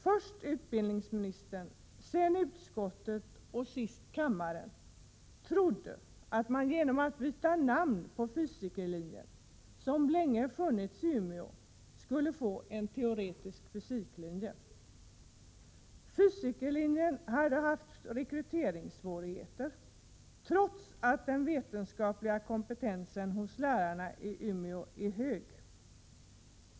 Först utbildningsministern, sedan utskottet och sist kammaren trodde att man genom att byta namn på fysikerlinjen, som länge funnits i Umeå, skulle få en linje i teoretisk fysik. Fysikerlinjen hade länge haft rekryteringssvårigheter, trots att den vetenskapliga kompetensen hos lärarna i Umeå är hög.